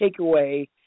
takeaway